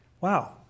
Wow